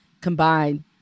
combined